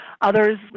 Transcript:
Others